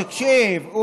תקשיב.